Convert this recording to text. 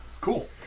Cool